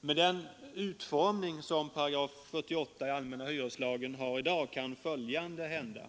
Med den utformning som 48 § i allmänna hyreslagen har i dag kan följande hända.